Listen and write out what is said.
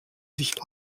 sich